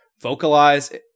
vocalize